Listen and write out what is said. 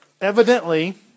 evidently